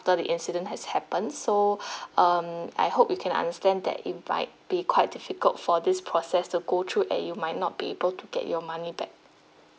after the incident has happened so um I hope you can understand that it might be quite difficult for this process to go through and you might not be able to get your money back